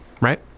right